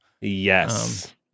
Yes